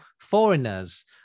foreigners